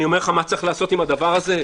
אני אומר לך מה צריך לעשות עם הדבר הזה.